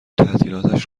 تعطیلاتش